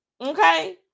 Okay